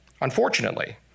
Unfortunately